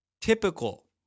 typical